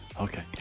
Okay